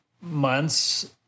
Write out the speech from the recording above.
months